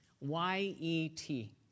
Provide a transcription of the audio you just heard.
Y-E-T